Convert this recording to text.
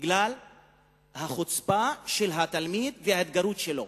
בגלל החוצפה של התלמיד וההתגרות שלו.